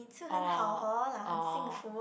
oh oh